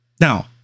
Now